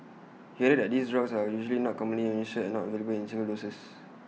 he added that these drugs are usually not commonly administered and not available in single doses